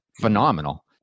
phenomenal